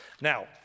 Now